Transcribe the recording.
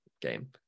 game